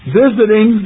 visiting